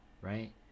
Right